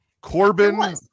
Corbin